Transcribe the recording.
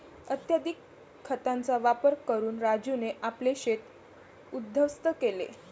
अत्यधिक खतांचा वापर करून राजूने आपले शेत उध्वस्त केले